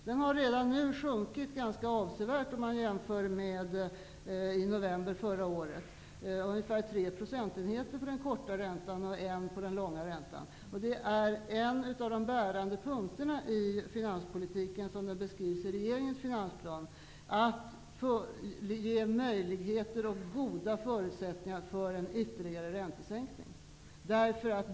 Den har redan nu sjunkit ganska avsevärt jämfört med november förra året, ungefär tre procentenheter för den korta räntan och en procent för den långa räntan. Det är en av de bärande punkterna i finanspolitiken, som den beskrivs i regeringens finansplan, att ge möjligheter och goda förutsättningar för ytterligare räntesänkning.